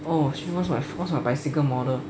oh shit what's my bicycle model